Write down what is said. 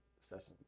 sessions